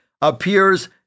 appears